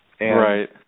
right